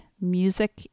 Music